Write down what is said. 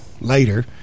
later